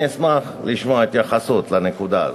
אני אשמח לשמוע התייחסות לנקודה הזאת.